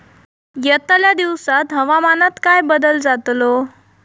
यतल्या दिवसात हवामानात काय बदल जातलो?